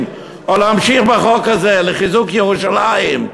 או להמשיך את החוק הזה לחיזוק ירושלים,